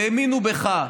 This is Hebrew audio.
שהאמינו בך.